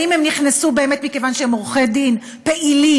האם הם נכנסו באמת מכיוון שהם עורכי-דין פעילים,